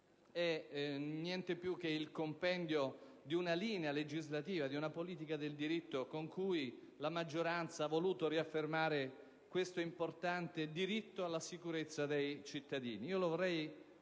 è niente più che il compendio di una linea legislativa, di una politica del diritto con cui la maggioranza ha voluto riaffermare l'importante diritto alla sicurezza dei cittadini.